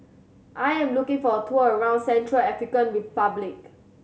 I am looking for a tour around Central African Republic